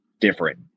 different